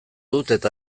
dut